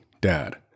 Dad